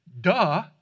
Duh